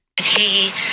hey